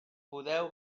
podeu